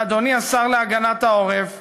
ואדוני השר להגנת העורף,